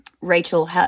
Rachel